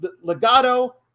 Legato